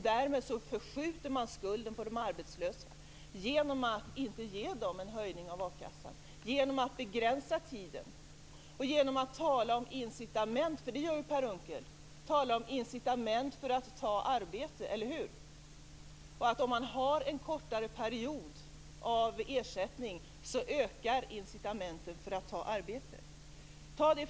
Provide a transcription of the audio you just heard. Därmed förskjuter man skulden på de arbetslösa genom att inte ge dem en höjning av a-kassan, genom att begränsa tiden och genom att tala om incitament för att ta ett arbete, för det gör ju Per Unckel. Om man har en kortare period av ersättning ökar incitamenten för att ta ett arbete.